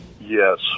Yes